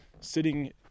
sitting